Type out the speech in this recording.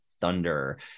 Thunder